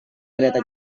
kereta